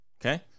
Okay